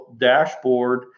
dashboard